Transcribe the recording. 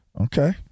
Okay